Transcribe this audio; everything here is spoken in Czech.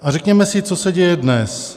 A řekněme si, co se děje dnes.